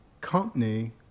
company